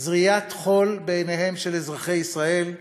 זריית חול בעיניהם של אזרחי ישראל,